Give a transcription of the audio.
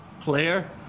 player